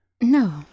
No